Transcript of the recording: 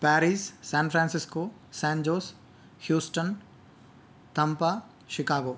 Paris San Francisco san jose Houston Tampa Chicago